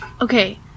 Okay